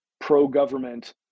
pro-government